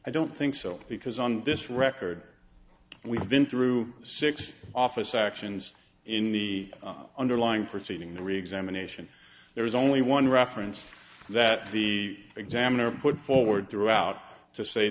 i don't think so because on this record we've been through six office actions in the underlying proceeding the reexamination there is only one reference that the examiner put forward throughout to say